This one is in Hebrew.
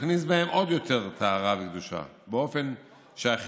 להכניס בהם עוד יותר טהרה וקדושה, באופן שהחינוך